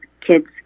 kids